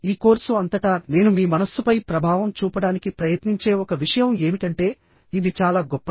ఈ కోర్సు అంతటా నేను మీ మనస్సుపై ప్రభావం చూపడానికి ప్రయత్నించే ఒక విషయం ఏమిటంటే ఇది చాలా గొప్పది